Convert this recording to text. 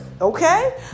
Okay